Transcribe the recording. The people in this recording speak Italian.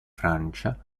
francia